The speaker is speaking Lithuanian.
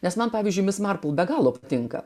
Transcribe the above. nes man pavyzdžiui mis marpl be galo tinka